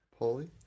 Paulie